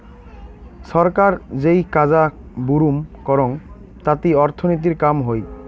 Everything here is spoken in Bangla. ছরকার যেই কাজা বুরুম করং তাতি অর্থনীতির কাম হই